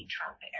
Trump